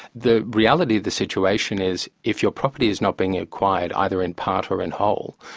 the reality of the situation is if your property is not being acquired either in part or in whole,